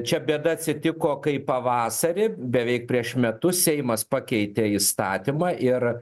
čia bėda atsitiko kai pavasarį beveik prieš metus seimas pakeitė įstatymą ir